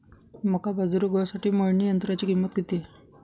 मका, बाजरी व गव्हासाठी मळणी यंत्राची किंमत किती आहे?